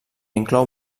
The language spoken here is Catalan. inclou